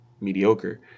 mediocre